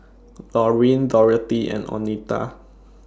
Lauryn Dorothea and Oneta